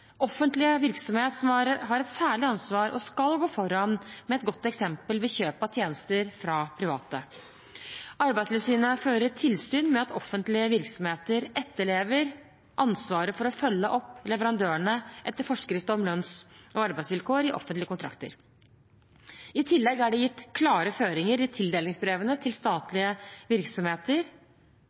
Offentlig virksomhet har et særlig ansvar og skal gå foran med et godt eksempel ved kjøp av tjenester fra private. Arbeidstilsynet fører tilsyn med at offentlige virksomheter etterlever ansvaret for å følge opp leverandørene etter forskrift om lønns- og arbeidsvilkår i offentlige kontrakter. I tillegg er det gitt klare føringer i tildelingsbrevene til statlige virksomheter